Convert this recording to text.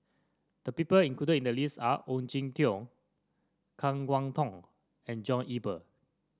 the people included in the list are Ong Jin Teong Kan Kwok Toh and John Eber